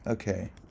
Okay